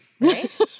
Right